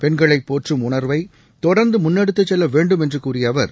பெண்களை போற்றும் உணா்வை தொடர்ந்து முன்னெடுத்துச் செல்ல வேண்டும் என்று கூறிய அவர்